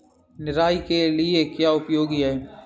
निराई के लिए क्या उपयोगी है?